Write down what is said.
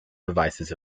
devices